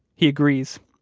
he agrees.